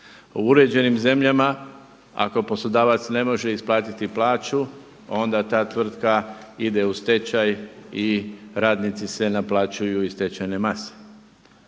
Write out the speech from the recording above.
U uređenim zemljama ako poslodavac ne može isplatiti plaću onda ta tvrtka ide u stečaj i radnici se naplaćuju iz stečajne mase.